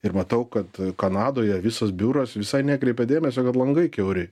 ir matau kad kanadoje visas biuras visai nekreipia dėmesio kad langai kiauri